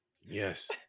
Yes